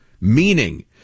Meaning